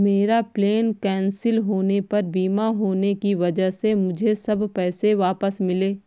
मेरा plane cancel होने पर बीमा होने की वजह से मुझे सब पैसे वापस मिले